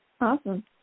Awesome